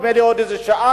נדמה לי עוד איזו שעה,